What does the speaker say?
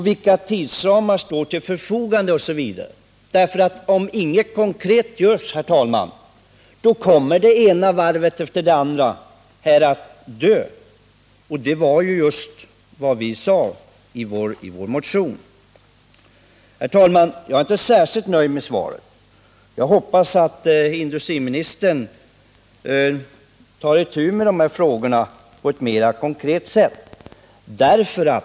Vilka tidsramar har kommissionen till sitt förfogande? Om inget konkret görs, kommer det ena varvet efter det andra att dö, vilket är just vad vi befarade i vår motion. Jag är således inte särskilt nöjd med svaret, men jag hoppas att industriminstern tar itu med de här frågorna på ett mer konkret sätt än tidigare.